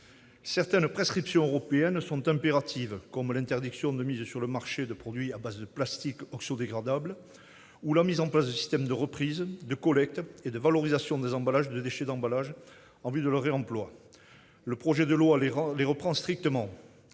Certaines prescriptions européennes sont impératives, comme l'interdiction de mise sur le marché de produits à base de plastique oxodégradable ou la mise en place de systèmes de reprise, de collecte et de valorisation des emballages et déchets d'emballage en vue de leur réemploi. Le projet de loi les reprend strictement.